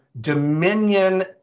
Dominion